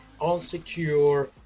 unsecure